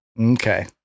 Okay